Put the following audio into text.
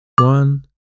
one